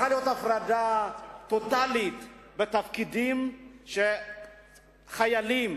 הפרדה טוטלית בתפקידים שחיילים